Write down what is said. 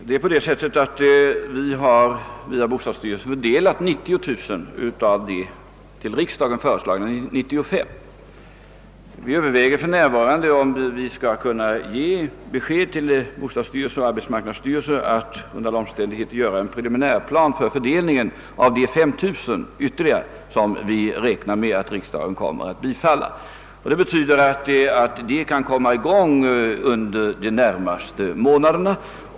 Herr talman! Vi har via bostadsstyrelsen fördelat 90000 av de till riksdagen föreslagna 95 000 lägenheterna. Vi överväger för närvarande, om vi skall kunna ge bostadsstyrelsen och arbetsmarknadsstyrelsen besked om att de under alla omständigheter bör upprätta en preliminär plan för fördelningen av ytterligare 5 000 lägenheter, som vi räknar med att riksdagen kommer att bevilja. Det betyder att dessa byggen kan komma att igångsättas under de närmaste månaderna.